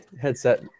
headset